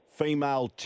female